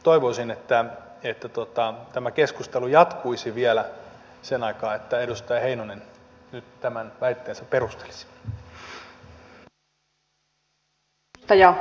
toivoisin että tämä keskustelu jatkuisi vielä sen aikaa että edustaja heinonen nyt tämän väitteensä perustelisi